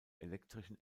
elektrischen